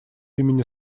имени